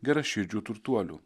geraširdžių turtuolių